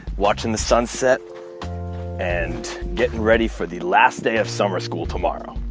watching the sunset and getting ready for the last day of summer school tomorrow.